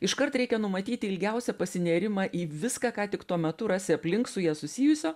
iškart reikia numatyti ilgiausią pasinėrimą į viską ką tik tuo metu rasi aplink su ja susijusio